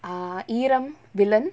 err ஈரம்:eeram villain